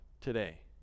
today